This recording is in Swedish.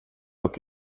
och